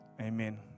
amen